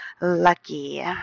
Lucky